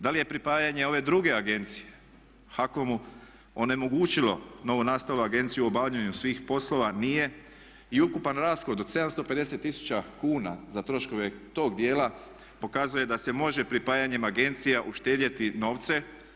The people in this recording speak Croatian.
Da li je pripajanje ove druge agencije HAKOM-u onemogućilo novonastalu agenciju u obavljanju svih poslova nije. i ukupan rashod od 750000 kuna za troškove tog dijela pokazuje da se može pripajanjem agencija uštedjeti novce.